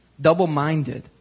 double-minded